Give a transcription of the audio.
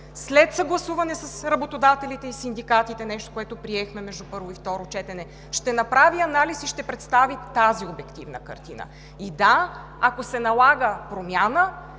след съгласуване с работодателите и синдикатите – нещо, което приехме между първо и второ четене, ще направи анализ и ще представи тази обективна картина. И да, ако се налага промяна,